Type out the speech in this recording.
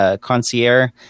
concierge